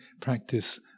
practice